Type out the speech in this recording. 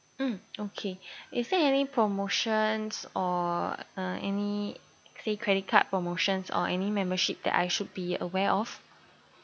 mm okay is there any promotions or uh any say credit card promotions or any membership that I should be aware of